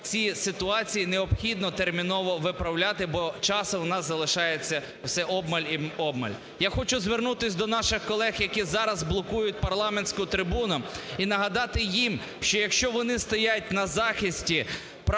цій ситуації необхідно терміново виправляти, бо часу у нас залишається все обмаль і обмаль. Я хочу звернутися до наших колег, які зараз блокують парламентську трибуну і нагадати їм, що, якщо вони стоять на захисті прав,